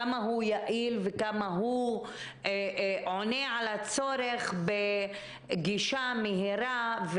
כמה הוא יעיל וכמה הוא עונה על הצורך בגישה מהירה,